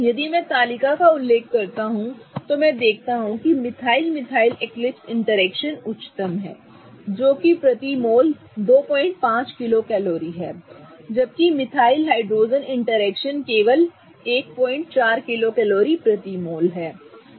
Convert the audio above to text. यदि मैं तालिका का उल्लेख करता हूं तो मैं देखता हूं कि मिथाइल मिथाइल एक्लिप्स इंटरेक्शन उच्चतम है जो प्रति मोल 25 किलो कैलोरी है जबकि मिथाइल हाइड्रोजन इंटरैक्शन केवल 14 किलो कैलोरी प्रति मोल है